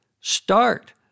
Start